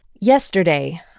yesterday